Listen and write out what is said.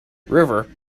river